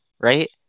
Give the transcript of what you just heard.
right